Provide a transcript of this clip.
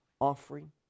offering